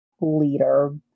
leader